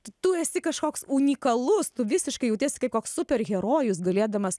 tu esi kažkoks unikalus tu visiškai jautiesi kaip koks superherojus galėdamas